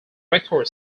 record